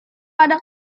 pada